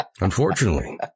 unfortunately